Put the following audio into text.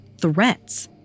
threats